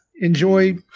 enjoy